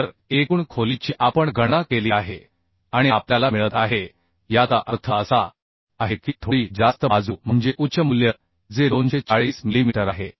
तर एकूण खोलीची आपण गणना केली आहे आणि आपल्याला मिळत आहे याचा अर्थ असा आहे की थोडी जास्त बाजू म्हणजे उच्च मूल्य जे 240 मिलीमीटर आहे